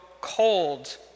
cold